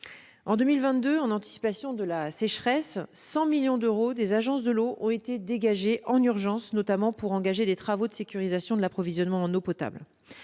En 2022, en anticipation de la sécheresse, 100 millions d'euros des agences de l'eau ont été dégagés en urgence, notamment pour engager des travaux de sécurisation de l'approvisionnement en eau potable.